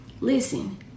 listen